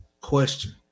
question